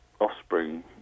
offspring